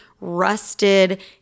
rusted